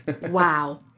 Wow